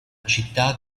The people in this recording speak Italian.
città